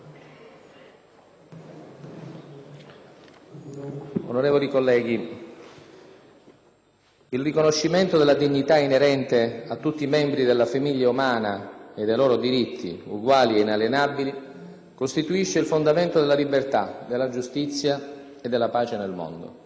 Onorevoli colleghi, «Il riconoscimento della dignità inerente a tutti i membri della famiglia umana e dei loro diritti, uguali e inalienabili, costituisce il fondamento della libertà, della giustizia e della pace nel mondo».